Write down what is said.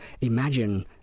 imagine